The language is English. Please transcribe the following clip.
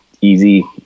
easy